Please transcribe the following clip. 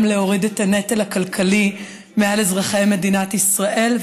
להוריד את הנטל הכלכלי מעל אזרחי מדינת ישראל.